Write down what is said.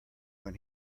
when